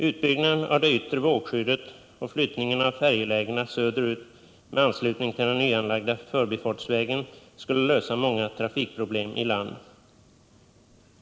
Utbyggnaden av det yttre vågskyddet och flyttningen av färjelägena söderut med anslutning till den nyanlagda förbifartsvägen skulle lösa många trafikproblem i land.